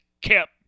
kept